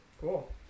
Cool